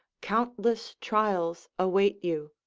countless trials await you.